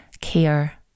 care